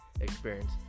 experience